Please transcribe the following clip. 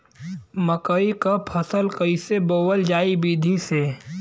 मकई क फसल कईसे बोवल जाई विधि से?